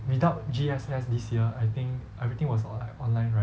without G_S_S this year I think everything was all like online right